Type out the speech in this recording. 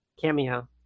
cameo